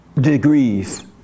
degrees